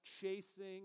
chasing